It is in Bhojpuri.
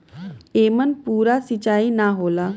एमन पूरा सींचाई ना होला